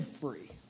free